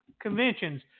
conventions